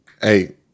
hey